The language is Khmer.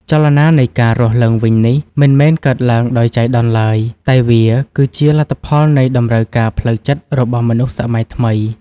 ចលនានៃការរស់ឡើងវិញនេះ មិនមែនកើតឡើងដោយចៃដន្យឡើយ តែវាគឺជាលទ្ធផលនៃតម្រូវការផ្លូវចិត្តរបស់មនុស្សសម័យថ្មី។